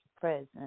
present